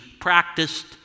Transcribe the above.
practiced